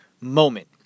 moment